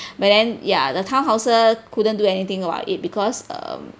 but then ya the town council couldn't do anything about it because um